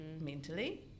mentally